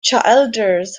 childers